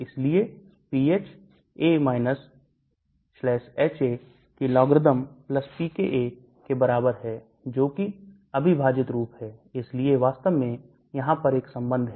इसलिए pH A HA कि logarithm pKa के बराबर है जोकि अविभाजित रूप है इसलिए वास्तव में यहां पर एक संबंध है